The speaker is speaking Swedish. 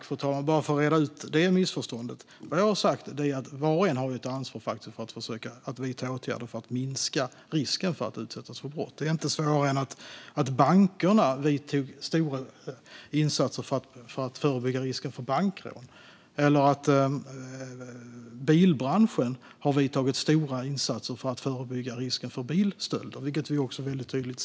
Fru talman! Låt mig börja med att reda ut ett missförstånd. Vad jag har sagt är att var och en faktiskt har ett ansvar att vidta åtgärder för att minska risken att utsättas för brott. Det är inte svårare än att bankerna har gjort stora insatser för att förebygga risken för bankrån eller att bilbranschen har vidtagit stora åtgärder för att förebygga risken för bilstölder, vilket kan ses tydligt.